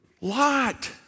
Lot